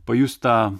pajust tą